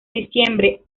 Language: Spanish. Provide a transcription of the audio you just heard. diciembre